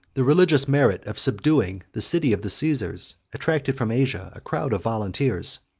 the religious merit of subduing the city of the caesars attracted from asia a crowd of volunteers,